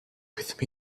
with